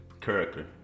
character